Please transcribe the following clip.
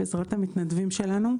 בעזרת המתנדבים שלנו.